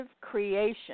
creation